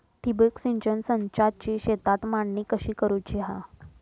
ठिबक सिंचन संचाची शेतात मांडणी कशी करुची हा?